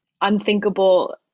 unthinkable